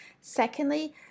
Secondly